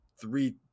three